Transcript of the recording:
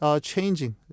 changing